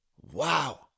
Wow